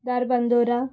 Dharbandora